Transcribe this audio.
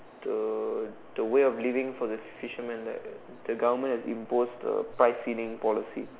the the way of living for the fishermen that the government have imposed the price ceiling policy